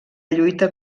lluita